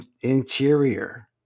interior